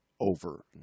over